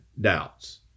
doubts